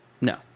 No